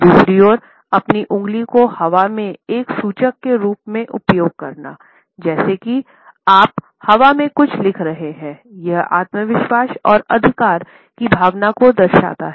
दूसरी ओर अपनी उंगली को हवा में एक सूचक के रूप में उपयोग करना जैसे कि आप हवा में कुछ लिख रहे हैं यह आत्मविश्वास और अधिकार की भावना को दर्शाता है